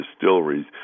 distilleries